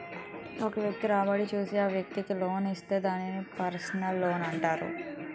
ఒక వ్యక్తి రాబడి చూసి ఆ వ్యక్తికి లోన్ ఇస్తే దాన్ని పర్సనల్ లోనంటారు